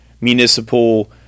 Municipal